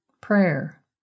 prayer